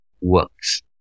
works